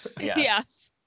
Yes